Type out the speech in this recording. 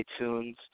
iTunes